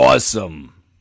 Awesome